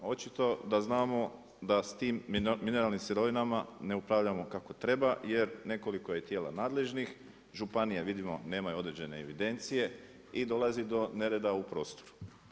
Očito da znamo da s tim mineralnim sirovinama ne upravljamo kako treba jer nekoliko je tijela nadležnih, županije vidimo nemaju određene evidencije i dolazi do nereda u prostoru.